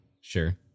Sure